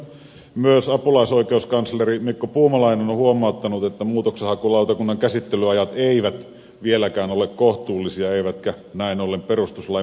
myös apulaisoikeuskansleri mikko puumalainen on huomauttanut että muutoksenhakulautakunnan käsittelyajat eivät vieläkään ole kohtuullisia eivätkä näin ollen perustuslain mukaisia